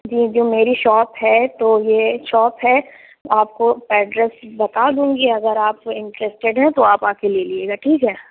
جی جو میری شاپ ہے تو یہ شاپ ہے آپ کو ایڈریس بتا دوں گی اگر آپ انٹرسٹڈ ہیں تو آپ آ کے لے لجیے گا ٹھیک ہے